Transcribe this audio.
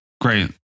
Great